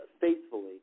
faithfully